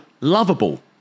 lovable